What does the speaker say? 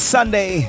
Sunday